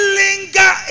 linger